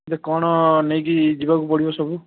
ଯେ କ'ଣ ନେଇକି ଯିବାକୁ ପଡ଼ିବ ସବୁ